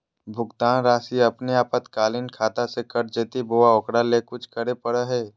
भुक्तान रासि अपने आपातकालीन खाता से कट जैतैय बोया ओकरा ले कुछ करे परो है?